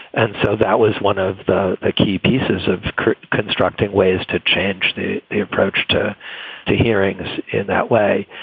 and so that was one of the ah key pieces of constructing ways to change the the approach to to hearings in that way.